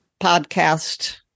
podcast